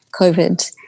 COVID